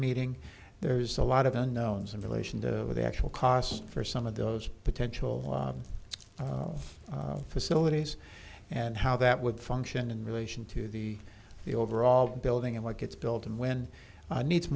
meeting there's a lot of unknowns in relation to the actual cost for some of those potential facilities and how that would function in relation to the the overall building and what gets built and when need